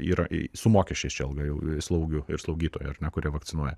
yra su mokesčiais čia alga slaugių ir slaugytojų ar ne kurie vakcinuoja